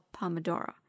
Pomodoro